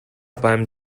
beim